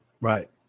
right